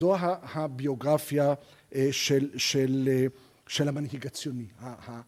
‫זו הביוגרפיה של המנהיג הציוני.